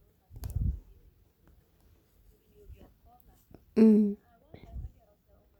mm